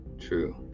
True